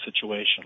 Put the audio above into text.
situation